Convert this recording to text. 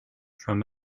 from